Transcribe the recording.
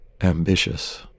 ambitious